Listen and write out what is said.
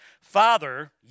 Father